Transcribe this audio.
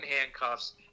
handcuffs